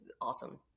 awesome